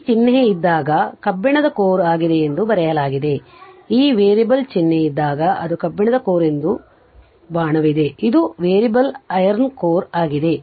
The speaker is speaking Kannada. ಈ ಚಿಹ್ನೆ ಇದ್ದಾಗ ಅದು ಕಬ್ಬಿಣದ ಕೋರ್ ಆಗಿದೆ ಎಂದು ಬರೆಯಲಾಗಿದೆ ಈ ವೇರಿಯಬಲ್ ಚಿಹ್ನೆ ಇದ್ದಾಗ ಅದು ಕಬ್ಬಿಣದ ಕೋರ್ ಎಂದು ಬಾಣವಿದೆ ಇದು ವೇರಿಯಬಲ್ ಐರನ್ ಕೋರ್ ಆಗಿದೆ